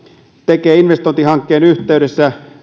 tekee investointihankkeen yhteydessä